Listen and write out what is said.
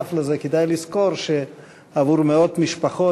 נוסף על זה כדאי לזכור שעבור מאות משפחות